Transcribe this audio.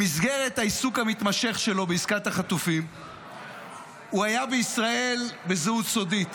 במסגרת העיסוק המתמשך שלו בעסקת החטופים הוא היה בישראל בזהות סודית.